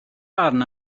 barn